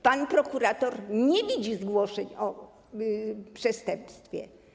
Pan prokurator nie widzi zgłoszeń o przestępstwie.